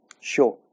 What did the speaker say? Sure